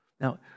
now